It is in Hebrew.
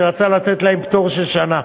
שרצה לתת להם פטור של שנה,